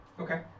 okay